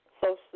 Social